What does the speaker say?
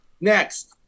Next